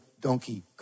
donkey